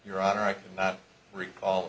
your honor i cannot recall